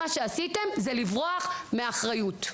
כרגע, מה שעשיתם זה לברוח מאחריות.